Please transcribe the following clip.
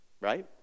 right